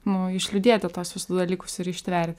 nu išliūdėti tuos visus dalykus ir ištver